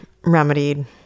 remedied